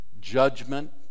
judgment